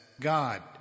God